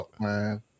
man